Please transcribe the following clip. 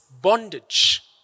bondage